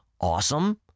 awesome